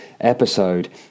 episode